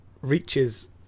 reaches